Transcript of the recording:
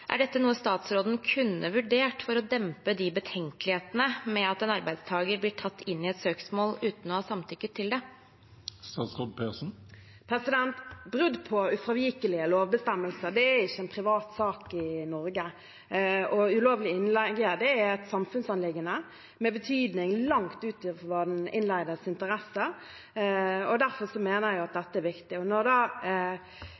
Er dette noe statsråden kunne vurdert for å dempe betenkelighetene med at en arbeidstaker blir tatt inn i et søksmål uten å ha samtykket til det? Brudd på ufravikelige lovbestemmelser er ikke en privat sak i Norge. Ulovlig innleie er et samfunnsanliggende med betydning langt utover den innleides interesser, og derfor mener jeg at dette er viktig. Når forslaget avgrenses til fagforeninger med medlemmer hos innleiebedriften, har det sammenheng med at det